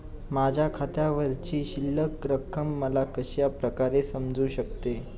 माझ्या खात्यावरची शिल्लक रक्कम मला कशा प्रकारे समजू शकते?